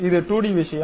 இது 2D விஷயம்